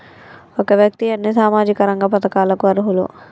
ఒక వ్యక్తి ఎన్ని సామాజిక రంగ పథకాలకు అర్హులు?